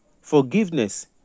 forgiveness